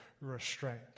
restraint